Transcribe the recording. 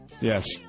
Yes